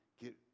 get